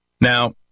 Now